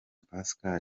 pascal